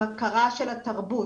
עם הכרה של התרבות,